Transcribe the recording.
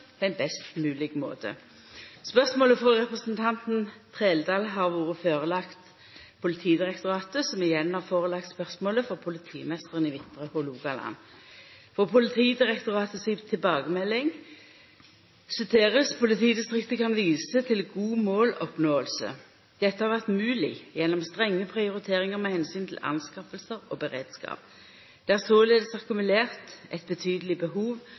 på lokalbefolkninga sine behov for polititenester på ein best mogleg måte. Spørsmålet frå representanten Trældal har vore lagt fram for Politidirektoratet, som igjen har lagt fram spørsmålet for politimeisteren i Midtre Hålogaland. Politidirektoratet si tilbakemelding syner at politidistriktet kan visa til god måloppnåing. Eg siterer: «Dette har vært mulig gjennom strenge prioriteringer med hensyn til anskaffelser og beredskap. Det er således akkumulert et betydelig